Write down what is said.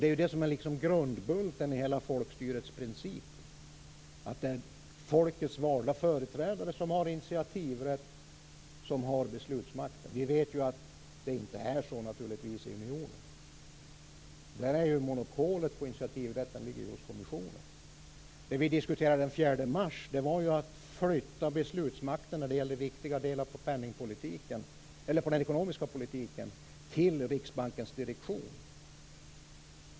Det är ju det som är grundbulten i hela folkstyrets princip: att det är folkets valda företrädare som har initiativrätten och beslutsmakten. Vi vet att det inte är så i unionen. Där ligger monopolet på initiativrätt hos kommissionen. Det vi diskuterade den 4 mars var att flytta beslutsmakten när det gällde viktiga delar av den ekonomiska politiken till Riksbankens direktion.